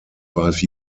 five